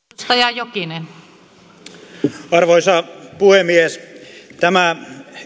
arvoisa puhemies tämä